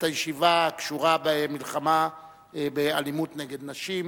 הישיבה הקשורה במלחמה באלימות נגד נשים,